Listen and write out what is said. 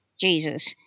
Jesus